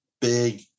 Big